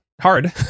Hard